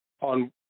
on